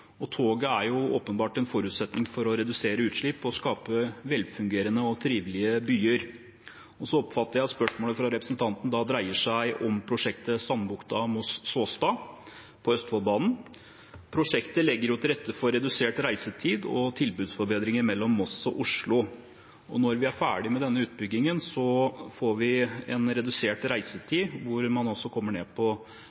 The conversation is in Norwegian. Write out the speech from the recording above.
og reiser til skole og fritid. Toget er også åpenbart en forutsetning for å redusere utslipp og skape velfungerende og trivelige byer. Jeg oppfatter at spørsmålet fra representanten dreier seg om prosjektet Sandbukta–Moss–Såstad på Østfoldbanen. Prosjektet legger til rette for redusert reisetid og tilbudsforbedringer mellom Moss og Oslo. Når vi er ferdig med denne utbyggingen, får vi en redusert